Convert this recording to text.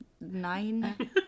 Nine